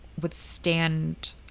withstand